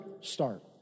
start